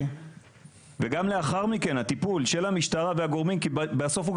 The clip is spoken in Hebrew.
זאת אומרת כמות האמצעים